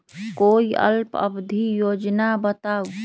कोई अल्प अवधि योजना बताऊ?